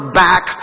back